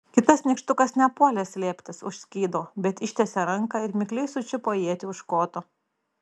kitas nykštukas nepuolė slėptis už skydo bet ištiesė ranką ir mikliai sučiupo ietį už koto